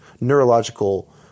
neurological